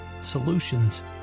solutions